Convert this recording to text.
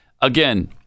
Again